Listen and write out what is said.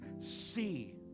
see